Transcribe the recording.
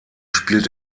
spielt